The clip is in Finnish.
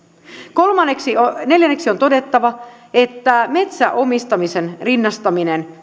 neljänneksi on todettava että metsän omistamisen rinnastaminen